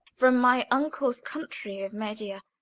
from my uncle's country of media,